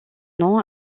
nom